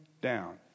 down